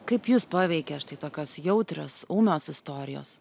kaip jus paveikia štai tokios jautrios ūmios istorijos